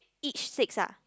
each six ah